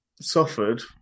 suffered